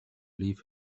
leave